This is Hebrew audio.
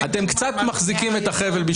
אז כאילו עשית את העבודה.